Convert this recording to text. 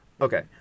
Okay